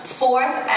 fourth